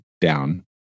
down